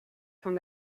von